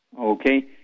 Okay